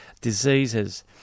diseases